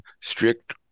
strict